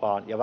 [Puhemies